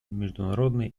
международной